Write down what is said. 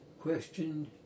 question